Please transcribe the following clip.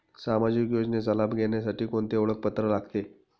सामाजिक योजनेचा लाभ घेण्यासाठी कोणते ओळखपत्र लागते?